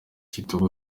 kitoko